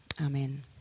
Amen